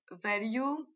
value